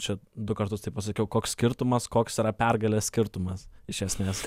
čia du kartus taip pasakiau koks skirtumas koks yra pergalės skirtumas iš esmės